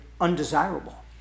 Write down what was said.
undesirable